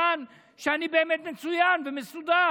סימן שאני באמת מצוין ומסודר.